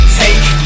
take